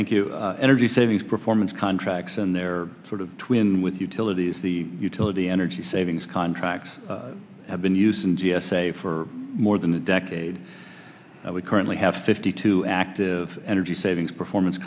thank you energy savings performance contracts and their sort of twin with utilities the utility energy savings contracts have been used in g s a for more than a decade we currently have fifty two active energy savings performance